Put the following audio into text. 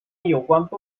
有关